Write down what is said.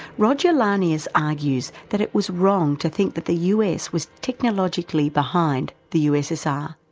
roger launius argues that it was wrong to think that the us was technologically behind the ussr.